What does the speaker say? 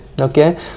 Okay